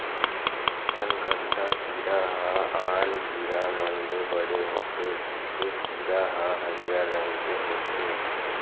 कनकट्टा कीरा ह आन कीरा मन ले बड़े होथे ए कीरा ह हरियर रंग के होथे